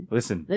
Listen